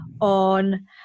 on